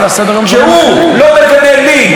כשהוא לא מגנה לינץ',